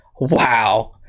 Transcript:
Wow